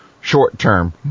short-term